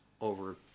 over